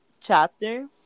chapter